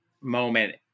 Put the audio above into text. moment